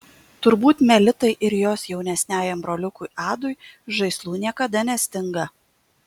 turbūt melitai ir jos jaunesniajam broliukui adui žaislų niekada nestinga